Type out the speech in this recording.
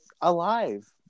alive